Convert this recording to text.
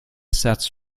sets